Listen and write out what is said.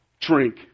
drink